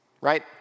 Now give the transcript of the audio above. Right